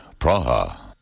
Praha